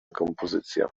kompozycja